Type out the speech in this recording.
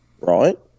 right